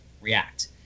react